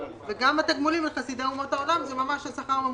וגם התגמולים לחסידי אומות העולם זה ממש השכר הממוצע.